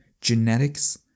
genetics